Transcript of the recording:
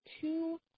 two